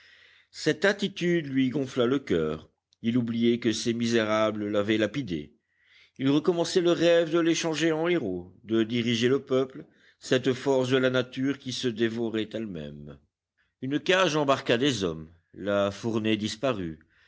cette attitude lui gonfla le coeur il oubliait que ces misérables l'avaient lapidé il recommençait le rêve de les changer en héros de diriger le peuple cette force de la nature qui se dévorait elle-même une cage embarqua des hommes la fournée disparut